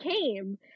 came